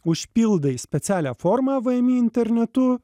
užpildai specialią formą vmi internetu